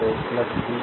तो वी 2 0